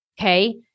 Okay